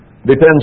depends